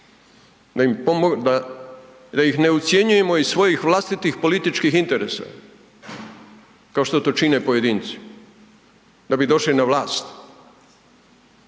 da ih ne ucjenjujemo iz svojih vlastitih političkih interesa kao što to čine pojedinci da bi došli na vlast.